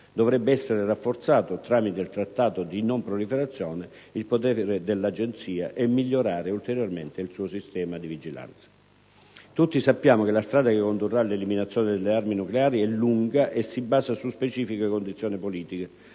Dovrebbe essere rafforzato, tramite il Trattato di non proliferazione, il potere dell'Agenzia e migliorato ulteriormente il suo sistema di vigilanza. Tutti sappiamo che la strada che condurrà all'eliminazione delle armi nucleari è lunga e si basa su specifiche condizioni politiche,